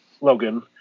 Logan